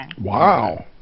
Wow